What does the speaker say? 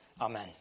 Amen